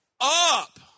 up